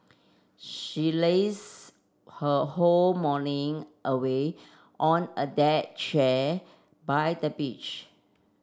she laze her whole morning away on a deck chair by the beach